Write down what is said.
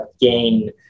gain